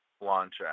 launch